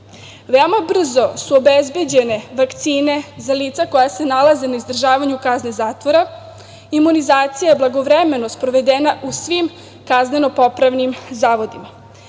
Veoma brzo su obezbeđene vakcine za lica koja se nalaze na izdržavanju kazne zatvora, imunizacija je blagovremeno sprovedena u svim kazneno-popravnim zavodima.